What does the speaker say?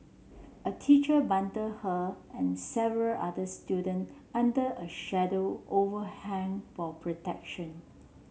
a teacher bundled her and several other student under a shallow overhang for protection